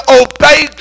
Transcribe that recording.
obey